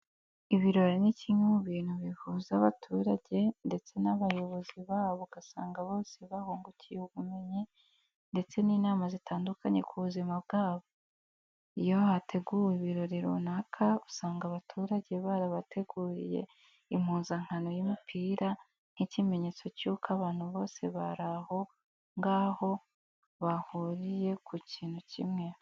Ibirori ni kimwe mu bintu bihuza abaturage ndetse n'abayobozi babo ugasanga bose bahungukiye ubumenyi ndetse n'inama zitandukanye ku buzima bwabo. Iyo hateguwe ibirori runaka usanga abaturage barabateguriye impuzankano y'imipira nk'ikimenyetso cy'uko abantu bose bari aho ngaho bahuriye ku kintu kimwe.